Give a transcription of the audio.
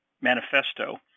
manifesto